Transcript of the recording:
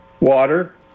Water